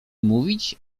mówić